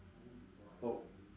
oh